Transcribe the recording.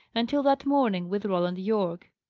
until that morning with roland yorke.